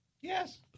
Yes